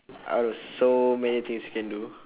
I got so many things you can do